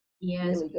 Yes